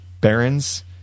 Barons